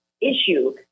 issue